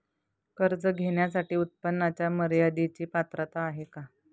कर्ज घेण्यासाठी उत्पन्नाच्या मर्यदेची पात्रता आहे का?